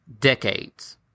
decades